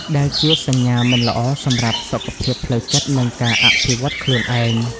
ដែលជាសញ្ញាមិនល្អសម្រាប់សុខភាពផ្លូវចិត្ត និងការអភិវឌ្ឍខ្លួនឯង។